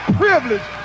privilege